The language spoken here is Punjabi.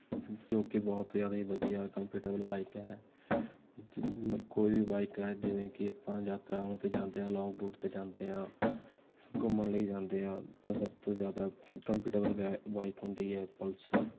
ਜੋ ਕਿ ਬਹੁਤ ਜ਼ਿਆਦਾ ਹੀ ਵਧੀਆ ਕੰਫਰਟੇਬਲ ਬਾਈਕ ਹੈ ਜ ਕੋਈ ਵੀ ਬਾਈਕ ਹੈ ਜਿਵੇਂ ਕਿ ਆਪਾਂ ਯਾਤਰਾਵਾਂ 'ਤੇ ਜਾਂਦੇ ਹਾਂ ਲੋਂਗ ਰੂਟ 'ਤੇ ਜਾਂਦੇ ਹਾਂ ਘੁੰਮਣ ਲਈ ਜਾਂਦੇ ਹਾਂ ਤਾਂ ਸਭ ਤੋਂ ਜ਼ਿਆਦਾ ਕੰਫਰਟੇਬਲ ਬੈ ਬਾਈਕ ਹੁੰਦੀ ਹੈ ਪਲਸਰ